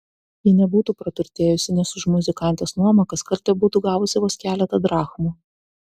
ji nebūtų praturtėjusi nes už muzikantės nuomą kaskart tebūtų gavusi vos keletą drachmų